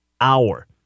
hour